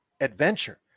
Adventure